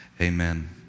Amen